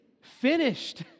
finished